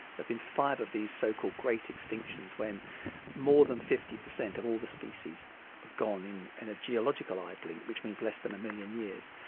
been five of these so-called great extinctions when more than fifty percent of all the species are gone in and a geological eye blink which means less than a million years.